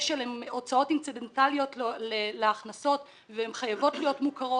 הוצאות האש"ל הן הוצאות אינצידנטיאליות להכנסות והן חייבות להיות מוכרות